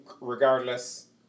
regardless